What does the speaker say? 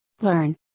Learn